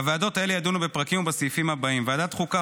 הוועדות האלה ידונו בפרקים ובסעיפים הבאים: ועדת החוקה,